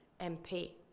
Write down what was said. MP